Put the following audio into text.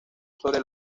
sobre